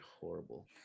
horrible